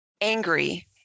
Angry